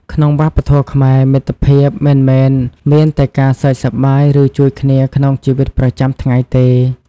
ក្នុងវប្បធម៌ខ្មែរ មិត្តភាពមិនមែនមានតែការសើចសប្បាយ ឬជួយគ្នាក្នុងជីវិតប្រចាំថ្ងៃទេ។